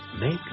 Make